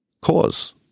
cause